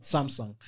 Samsung